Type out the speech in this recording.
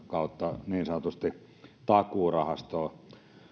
kautta niin sanotusti takuurahastoon